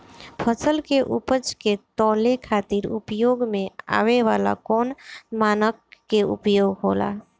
फसल के उपज के तौले खातिर उपयोग में आवे वाला कौन मानक के उपयोग होला?